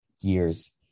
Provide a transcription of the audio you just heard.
years